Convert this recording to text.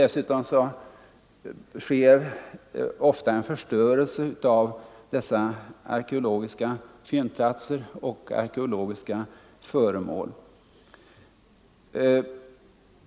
Dessutom sker ofta en total förstörelse av de arkeologiska fyndplatserna och mängder av arkeologiska föremål.